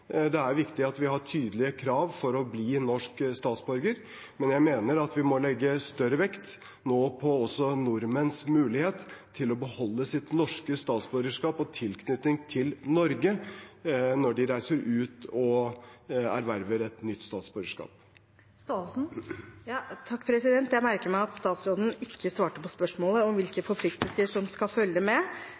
Det er viktig at det er tydelige krav for å bli norsk statsborger, men jeg mener at vi nå også må legge større vekt på nordmenns mulighet til å beholde sitt norske statsborgerskap og sin tilknytning til Norge når de reiser ut og erverver et nytt statsborgerskap. Jeg merker meg at statsråden ikke svarte på spørsmålet om hvilke forpliktelser som skal følge med.